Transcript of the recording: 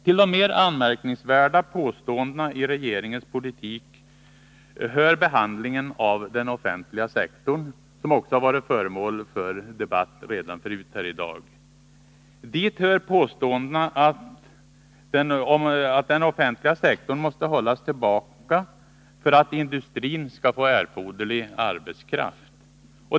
Till de mer anmärkningsvärda påståendena i regeringens politik hör de som rör den offentliga sektorn, som också varit föremål för debatt tidigare i dag. Dit hör påståendena om att den offentliga sektorn måste hållas tillbaka för att industrin skall få erforderlig arbetskraft.